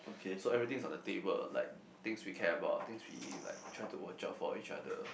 so everything is on the table like things we care about things we like try to watch out for each other